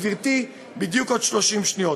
גברתי, בדיוק עוד 30 שניות.